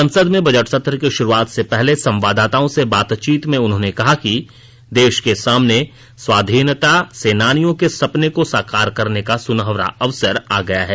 संसद में बजट सत्र की शुरूआत से पहले संवाददाताओं से बातचीत में उन्होंने कहा कि देश को सामने स्वाधीनता सेनानियों के सपनों को साकार करने का सुनहरा अवसर आ गया है